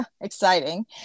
exciting